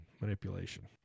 manipulation